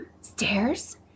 Stairs